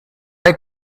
hay